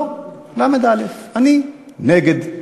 לא, למ"ד-אל"ף, אני נגד.